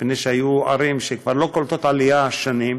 מפני שהיו ערים שכבר לא קולטות עלייה שנים,